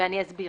אני אסביר